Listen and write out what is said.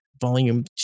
Volume